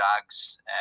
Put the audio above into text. drugs